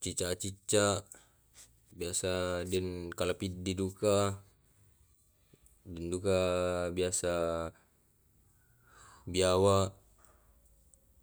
cicca-cicca biasa deng kalapitti duka deng duka biasa biawak